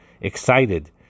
excited